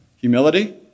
humility